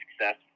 success